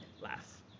laugh